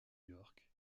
york